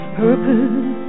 purpose